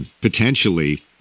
potentially